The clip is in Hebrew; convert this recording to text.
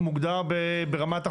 או מוגדר ברמת החוזה,